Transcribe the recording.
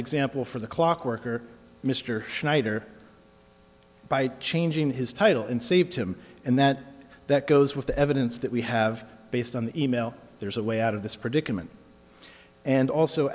example for the clock worker mr schneider by changing his title and saved him and that that goes with the evidence that we have based on the e mail there's a way out of this predicament and also